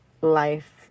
life